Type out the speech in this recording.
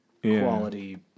quality